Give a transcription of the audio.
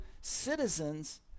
citizens